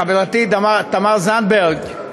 חברתי תמר זנדברג,